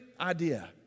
idea